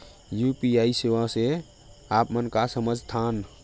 UPI सेवा से आप मन का समझ थान?